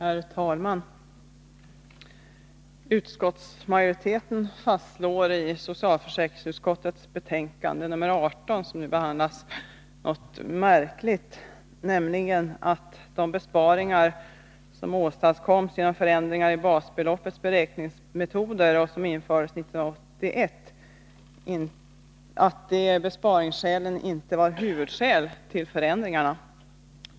Herr talman! Utskottsmajoriteten fastslår i socialförsäkringsutskottets betänkande 18, som nu behandlas, något märkligt, nämligen att de besparingar som åstadkoms genom förändringar i metoderna för beräkning av basbeloppet, som infördes 1981, inte är huvudskäl till förändringarna.